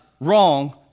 wrong